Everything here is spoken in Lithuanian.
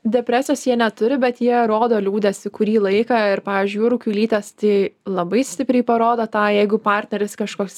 depresijos jie neturi bet jie rodo liūdesį kurį laiką ir pavyzdžiui jūrų kiaulytės tai labai stipriai parodo tą jeigu partneris kažkoks